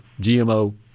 GMO